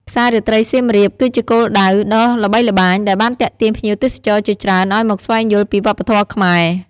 ផ្សាររាត្រីសៀមរាប គឺជាគោលដៅដ៏ល្បីល្បាញ ដែលបានទាក់ទាញភ្ញៀវទេសចរជាច្រើនឱ្យមកស្វែងយល់ពីវប្បធម៌ខ្មែរ។